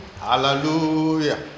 Hallelujah